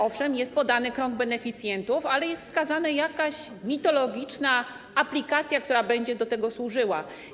Owszem, jest podany krąg beneficjentów, ale jest wskazana jakaś mitologiczna aplikacja, która będzie do tego służyła.